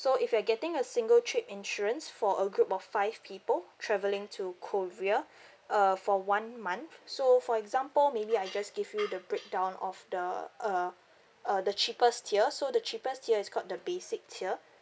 so if you're getting a single trip insurance for a group of five people travelling to korea uh for one month so for example maybe I just give you the breakdown of the uh uh the cheapest tier so the cheapest tier is called the basic tier